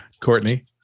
Courtney